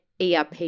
erp